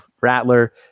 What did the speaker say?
Rattler